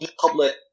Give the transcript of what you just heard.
public